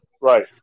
right